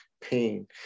pain